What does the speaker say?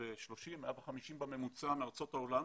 150 בממוצע מארצות העולם,